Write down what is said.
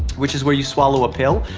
which is where you swallow a pill,